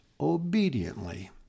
obediently